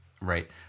Right